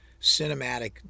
cinematic